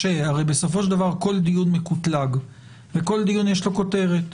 בסופו של דבר כל דיון מקוטלג ולכל דיון יש כותרת.